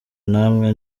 namwe